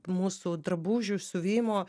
mūsų drabužių siuvimo